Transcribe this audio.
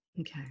Okay